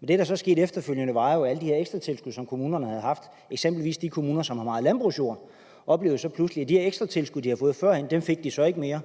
Men det, der så skete efterfølgende, var jo, at alle de her ekstra tilskud, som kommunerne havde haft før, eksempelvis de kommuner, som har meget landbrugsjord, fik de så ikke mere.